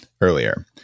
earlier